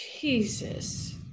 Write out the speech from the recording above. Jesus